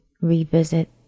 revisit